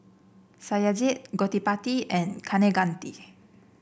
Satyajit Gottipati and Kaneganti